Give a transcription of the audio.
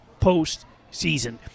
postseason